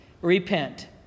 repent